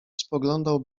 spoglądał